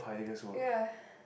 ya